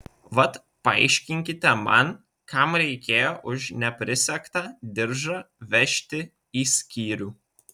vat paaiškinkite man kam reikėjo už neprisegtą diržą vežti į skyrių